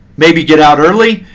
maybe get out early,